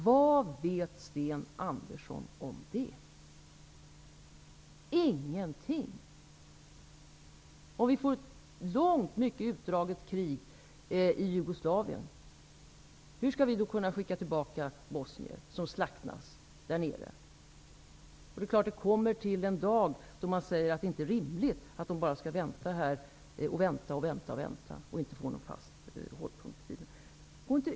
Vad vet Sten Andersson om det? Ingenting. Om det blir ett långt, ett mycket utdraget, krig i Jugoslavien, hur skall vi då kunna skicka tillbaka bosnier som sedan slaktas där nere? Det är klart att den dagen kommer då man säger att det inte är rimligt att bara vänta och vänta utan att få besked som innebär en fast hållpunkt i tiden.